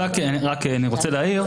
אני רוצה רק להעיר,